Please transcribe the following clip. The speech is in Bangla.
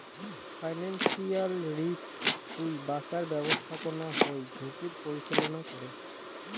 ফিনান্সিয়াল রিস্ক থুই বাঁচার ব্যাপস্থাপনা হই ঝুঁকির পরিচালনা করে